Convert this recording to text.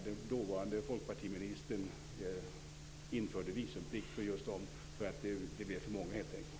Den dåvarande folkpartiministern införde då visumplikt just för dem, helt enkelt därför att de blev för många.